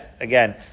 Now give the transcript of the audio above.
again